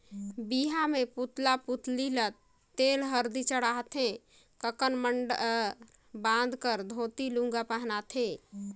बिहा मे पुतला पुतली ल तेल हरदी चढ़ाथे ककन मडंर बांध कर धोती लूगा पहिनाथें